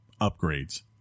upgrades